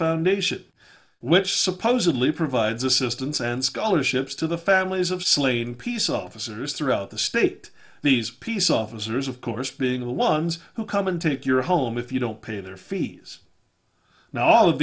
foundation which supposedly provides assistance and scholarships to the families of slain peace officers throughout the state these peace officers of course being the ones who come and take your home if you don't pay their fees now all of